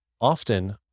often